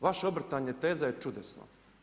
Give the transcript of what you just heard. Vape obrtanje teze je čudesno.